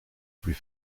plus